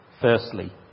firstly